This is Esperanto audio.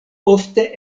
ofte